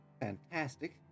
fantastic